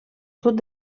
sud